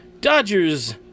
Dodgers